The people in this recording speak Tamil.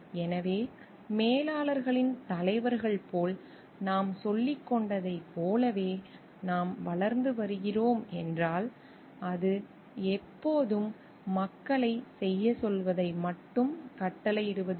எனவே மேலாளரின் தலைவர்கள் போல் நாம் சொல்லிக் கொண்டதைப் போலவே நாம் வளர்ந்து வருகிறோம் என்றால் அது எப்போதும் மக்களைச் செய்யச் சொல்வதை மட்டும் கட்டளையிடுவதில்லை